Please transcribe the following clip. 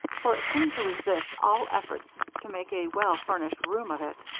for it seemed to resist all efforts to make a well-furnished room of it.